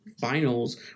finals